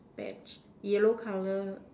Bench yellow colour